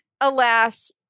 alas